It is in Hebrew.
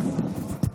בצלאל,